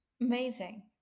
amazing